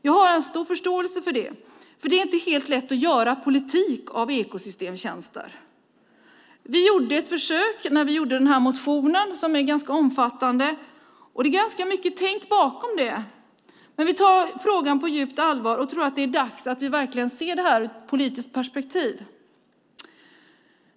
Jag har en stor förståelse för det, för det är inte helt lätt att göra politik av ekosystemtjänster. Vi gjorde ett försök när vi väckte den här motionen som är ganska omfattande. Det är ganska mycket tänk bakom det. Vi tar frågan på djupt allvar och tror att det är dags att vi verkligen ser det här ur ett politiskt perspektiv.